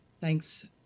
thanks